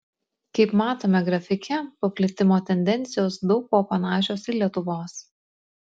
kaip matome grafike paplitimo tendencijos daug kuo panašios į lietuvos